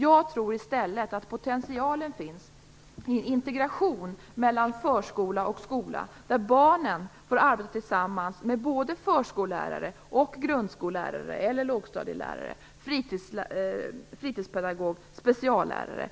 Jag tror i stället att potentialen finns i integration mellan förskola och skola där barnen får arbeta tillsammans med förskollärare, grundskollärare, lågstadielärare, fritidspedagog och speciallärare.